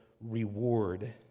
reward